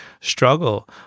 struggle